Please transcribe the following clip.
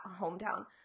hometown